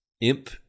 imp